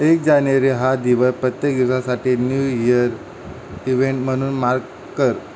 एक जानेवारी हा दिवस प्रत्येक दिवसासाठी न्यू इयर इव्हेंट म्हणून मार्क कर